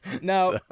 Now